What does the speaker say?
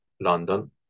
London